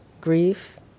grief